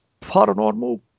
paranormal